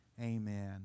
Amen